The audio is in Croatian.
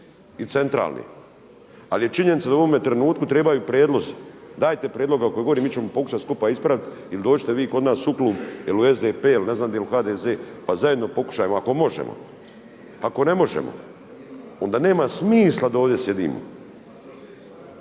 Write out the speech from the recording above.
i centralne. Ali je činjenica da u ovome trenutku trebaju prijedlozi, dajte prijedloge o kojima govorite, mi ćemo pokušati skupa ispraviti ili dođite vi kod nas u klub ili u SDP, ili ne znam gdje, ili u HDZ pa zajedno pokušajmo ako možemo, ako ne možemo onda nema smisla da ovdje sjedimo.